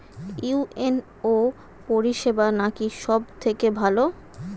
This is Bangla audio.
ইউ.এন.ও পরিসেবা নাকি সব থেকে ভালো?